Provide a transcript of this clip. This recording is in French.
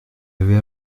avait